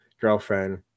girlfriend